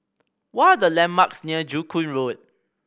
what are the landmarks near Joo Koon Road